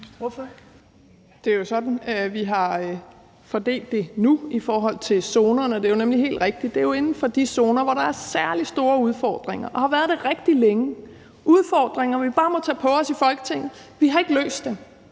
Det er jo sådan, vi nu har fordelt det i forhold til zonerne. Det er jo helt rigtigt, at det er inden for de zoner, der er særlig store udfordringer, og det har der været rigtig længe – udfordringer, som vi i Folketinget må tage på os. Vi har ikke løst dem,